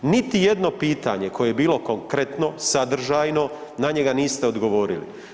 Niti jedno pitanje koje je bilo konkretno, sadržajno, na njega niste odgovorili.